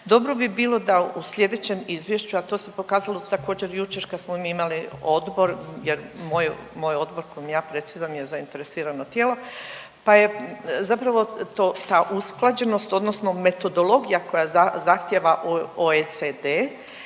dobro bi bilo da u sljedećem izvješću, a to se pokazalo također jučer kad smo mi imali odbor jer moj odbor kojim ja predsjedam je zainteresirano tijelo pa je zapravo ta usklađenost odnosno metodologija koja zahtijeva OECD